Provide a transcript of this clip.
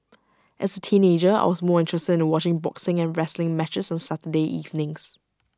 as teenager I was more interested in watching boxing and wrestling matches on Saturday evenings